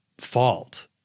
fault